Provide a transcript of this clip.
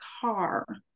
car